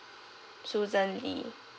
susan lee